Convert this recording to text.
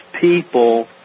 people